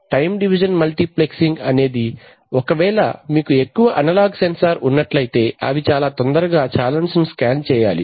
time division multiplexing అనేది ఒకవేళ మీకు ఎక్కువ అనలాగ్ సెన్సార్ ఉన్నట్లయితే అవి చాలా తొందరగా చాన్నెల్స్ ను స్కాన్ చేయాలి